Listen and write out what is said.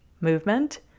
movement